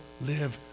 live